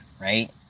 right